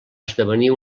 esdevenir